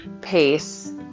Pace